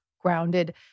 grounded